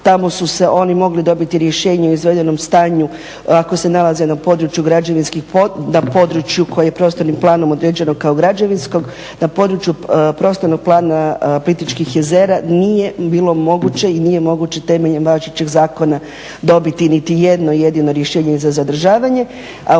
tamo su oni mogli dobiti rješenje o izvedenom stanju ako se nalaze na području koje je prostornim planom određeno kao građevinsko. Na području Prostornog plana Plitvičkih jezera nije bilo moguće i nije moguće temeljem važeće zakona dobiti niti jedno jedino rješenje za zadržavanje,